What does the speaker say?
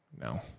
No